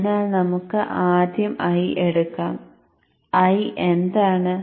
അതിനാൽ നമുക്ക് ആദ്യം I എടുക്കാം I എന്താണ്